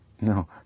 No